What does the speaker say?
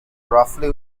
roughly